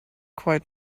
quite